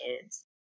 kids